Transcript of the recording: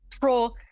pro